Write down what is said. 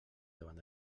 davant